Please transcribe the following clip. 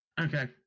Okay